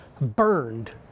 burned